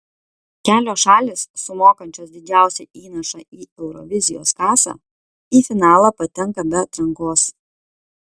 kelios šalys sumokančios didžiausią įnašą į eurovizijos kasą į finalą patenka be atrankos